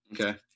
Okay